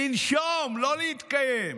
לנשום, לא להתקיים.